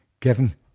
Kevin